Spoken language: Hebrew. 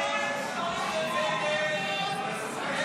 להעביר לוועדה את הצעת חוק שנת שירות,